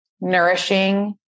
nourishing